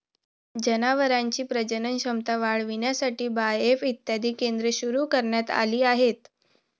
जनावरांची प्रजनन क्षमता वाढविण्यासाठी बाएफ इत्यादी केंद्रे सुरू करण्यात आली आहेत